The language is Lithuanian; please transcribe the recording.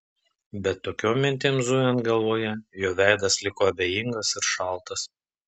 bet tokiom mintim zujant galvoje jo veidas liko abejingas ir šaltas